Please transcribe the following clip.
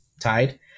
tied